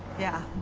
yeah.